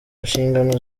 nshingano